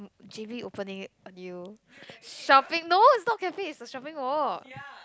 j_b opening a new shopping no it's not cafe it's a shopping mall